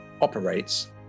operates